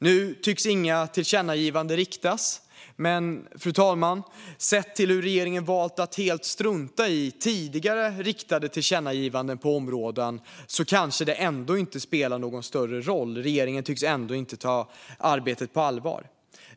Nu tycks inga tillkännagivanden riktas till regeringen, men sett till hur regeringen har valt att helt strunta i tidigare tillkännagivanden på området kanske det ändå inte spelar någon större roll. Regeringen tycks ändå inte ta arbetet på allvar.